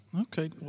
Okay